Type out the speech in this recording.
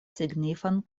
signifan